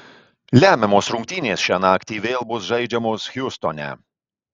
lemiamos rungtynės šią naktį vėl bus žaidžiamos hjustone